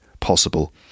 possible